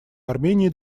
армении